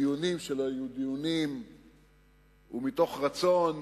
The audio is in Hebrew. בדיונים שלא היו דיונים ומתוך רצון